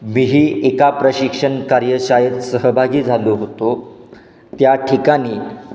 मीही एका प्रशिक्षण कार्यशाळेत सहभागी झालो होतो त्या ठिकाणी